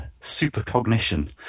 supercognition